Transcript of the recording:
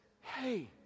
Hey